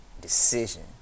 decision